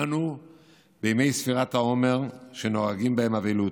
אנו בימי ספירת העומר, שנוהגים בהם אבלות.